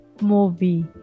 movie